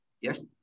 yes